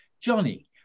Johnny